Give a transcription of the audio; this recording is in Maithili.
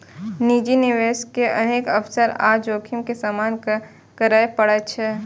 निजी निवेशक के अनेक अवसर आ जोखिम के सामना करय पड़ै छै